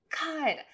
God